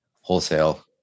wholesale